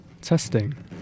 Testing